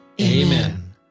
Amen